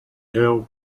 earls